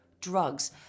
drugs